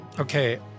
Okay